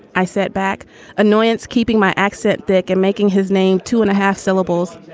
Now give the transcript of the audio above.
i said, back annoyance. keeping my accent back and making his name. two and a half syllables.